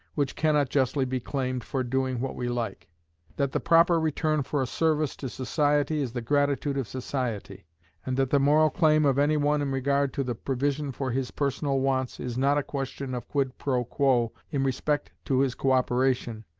which cannot justly be claimed for doing what we like that the proper return for a service to society is the gratitude of society and that the moral claim of any one in regard to the provision for his personal wants, is not a question of quid pro quo in respect to his co-operation,